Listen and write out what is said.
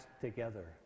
together